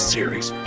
Series